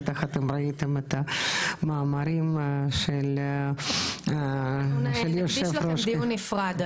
בטח ראיתם את המאמרים של --- אנחנו נקדיש לכם דיון נפרד,